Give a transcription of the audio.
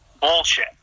Bullshit